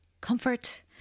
comfort